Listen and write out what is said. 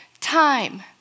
time